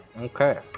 okay